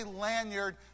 lanyard